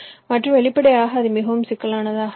மற்றும் வெளிப்படையாக அது மிகவும் சிக்கலானதாக இருக்கும்